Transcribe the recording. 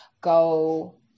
go